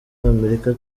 w’amerika